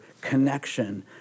connection